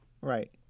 Right